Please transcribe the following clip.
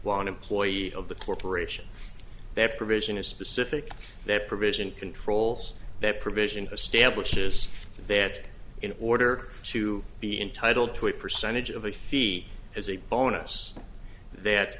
wanted ploy of the corporation that provision is specific that provision controls that provision establishes that in order to be entitled to a percentage of a fee as a bonus that